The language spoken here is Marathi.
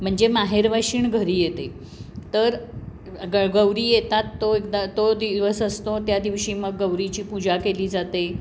म्हणजे माहेरवाशीण घरी येते तर गौरी येतात तो एकदा तो दिवस असतो त्या दिवशी मग गौरीची पूजा केली जाते